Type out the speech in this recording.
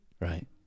right